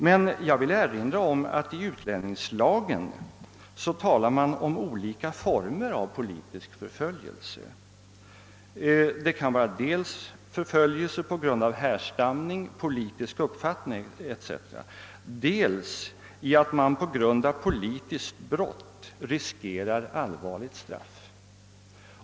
Men jag vill erinra om att det i utlänningslagen talas om olika former av politisk förföljelse: dels förföljelse på grund av härstamning, politisk uppfattning etc., dels förföljelse som består däri att man på grund av politiskt brott riskerar allvarligt straff.